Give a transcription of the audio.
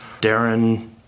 Darren